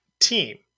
team